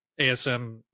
ASM